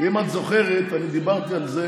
אם את זוכרת, אני דיברתי על זה